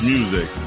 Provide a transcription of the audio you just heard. Music